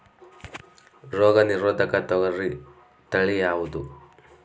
ರೋಗ ನಿರೋಧಕ ತೊಗರಿ ತಳಿ ಯಾವುದು?